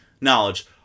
knowledge